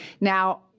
Now